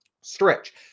stretch